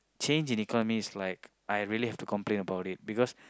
change in economy is like I really have to complain about it because